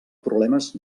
problemes